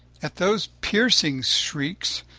at those piercing shrieks,